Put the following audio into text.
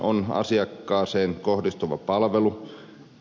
on asiakkaaseen kohdistuva palveluvelvoite